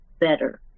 better